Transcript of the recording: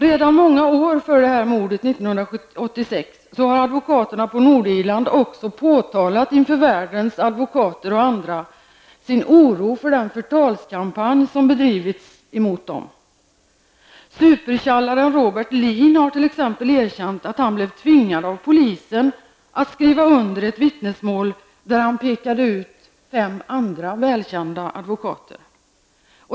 Redan många år före detta mord 1986 har advokaterna på Nordirland också påtalat inför världens advokater och andra sin oro för den förtalskampanj som bedrivits emot dem. Supertjallaren Robert Lean har t.ex. erkänt att han blev tvingad av polisen att skriva under ett vittnesmål där han pekade ut fem andra välkända advokater.